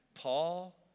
Paul